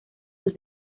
los